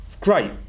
great